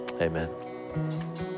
Amen